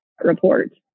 report